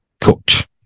coach